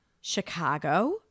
Chicago